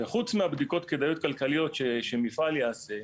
וחוץ מבדיקות כדאיות כלכליות שמפעל יעשה,